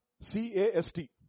C-A-S-T